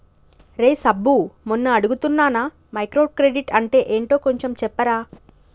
రేయ్ సబ్బు మొన్న అడుగుతున్నానా మైక్రో క్రెడిట్ అంటే ఏంటో కొంచెం చెప్పరా